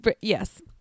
Yes